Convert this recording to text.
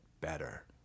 better